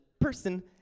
person